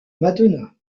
madonna